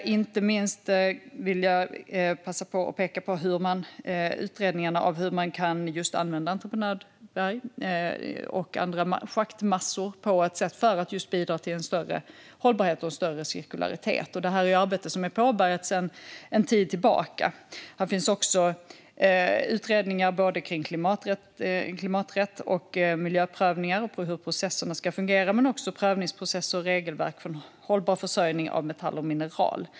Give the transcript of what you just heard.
Inte minst vill jag passa på att peka på utredningarna om hur man kan använda entreprenadberg och andra schaktmassor på ett sätt som kan bidra till en större hållbarhet och en större cirkularitet. Det här är ett arbete som är påbörjat sedan en tid tillbaka. Det finns utredningar kring både klimaträtt och miljöprövningar och om hur processerna ska fungera. Men det gäller också prövningsprocesser och regelverk för en hållbar försörjning av metall och mineral.